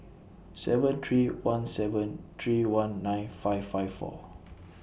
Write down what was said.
seven three one seven three one nine five five four